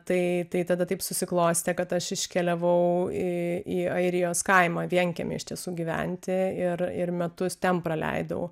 tai tai tada taip susiklostė kad aš iškeliavau į į airijos kaimą vienkiemį iš tiesų gyventi ir ir metus ten praleidau